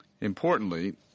Importantly